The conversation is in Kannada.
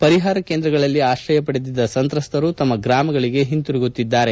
ಪರಿಹಾರ ಕೇಂದ್ರಗಳಲ್ಲಿ ಆಶ್ರಯ ಪಡೆದಿದ್ದ ಸಂತ್ರಸ್ತರು ತಮ್ಮ ಗ್ರಾಮಗಳಿಗೆ ಹಿಂದಿರುಗುತ್ತಿದ್ದಾರೆ